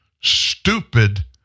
stupid